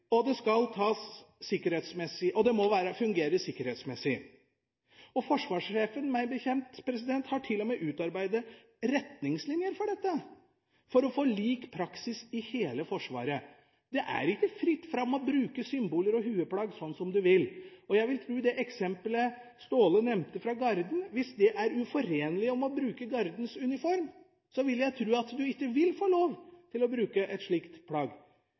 og det må fungere sikkerhetsmessig. Forsvarssjefen har meg bekjent til og med utarbeidet retningslinjer for dette for å få lik praksis i hele Forsvaret. Det er ikke fritt fram å bruke symboler og hodeplagg som du vil. Når det gjelder eksemplet som Staahle nevnte fra Garden, vil jeg tru at hvis det er uforenlig med å bruke Gardens uniform, vil du ikke få lov til å bruke et slikt plagg.